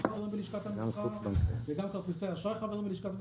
חברים בלשכת המסחר וגם כרטיסי אשראי חברים בלשכת המסחר.